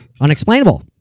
unexplainable